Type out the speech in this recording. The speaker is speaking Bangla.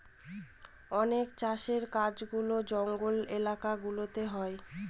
অনেক চাষের কাজগুলা জঙ্গলের এলাকা গুলাতে হয়